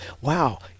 wow